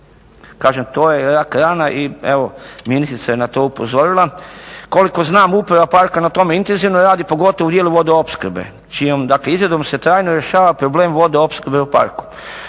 Kažem, to je rak-rana i evo ministrica je na to upozorila. Koliko znam Uprava parka na tome intenzivno radi pogotovo u dijelu vodoopskrbe čijom dakle izradom se trajno rješava problem vodoopskrbe u parku.